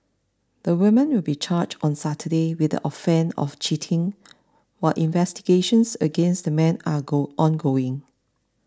the woman will be charged on Saturday with the offence of cheating while investigations against the man are go ongoing